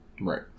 Right